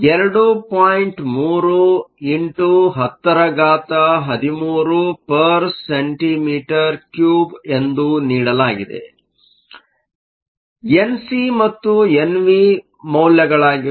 3 x 1013 cm 3 ಎಂದು ನೀಡಲಾಗಿದೆ NC ಮತ್ತು ಎನ್ವಿ ಮೌಲ್ಯಗಳಾಗಿವೆ